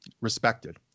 respected